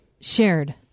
shared